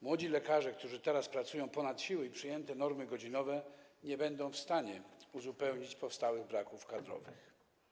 Młodzi lekarze, którzy teraz pracują ponad siły, i przyjęte normy godzinowe nie będą w stanie uzupełnić powstałych braków kadrowych.